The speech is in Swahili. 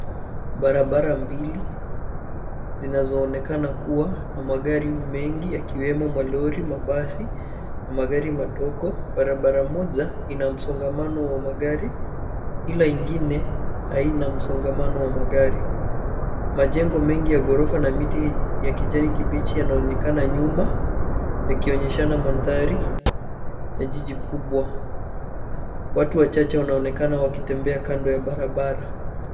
Barabara mbili zinazoonekana kuwa na magari mengi yakiwemo malori, mabasi na magari madogo. Barabara moja ina msongamano wa magari ila ingine haina msongamano wa magari. Majengo mengi ya ghorofa na miti ya kijani kibichi yanaonekana nyuma, yakionyeshana mandhari ya jiji kubwa. Watu wachache wanaonekana wakitembea kando ya barabara.